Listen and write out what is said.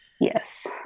Yes